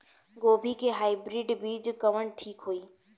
गोभी के हाईब्रिड बीज कवन ठीक होई?